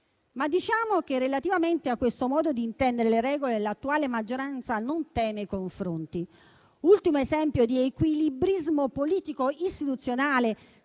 Diciamo che, relativamente a questo modo di intendere le regole, l'attuale maggioranza non teme confronti. Un ultimo esempio di equilibrismo politico istituzionale